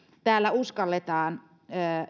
täällä uskalletaan